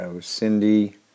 Cindy